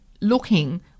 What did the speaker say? looking